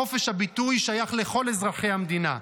חופש הביטוי שייך לכל אזרחי המדינה.